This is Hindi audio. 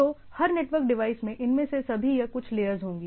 तो हर नेटवर्क डिवाइस में इनमें से सभी या कुछ लेयर्स होंगी